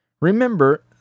Remember